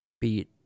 beat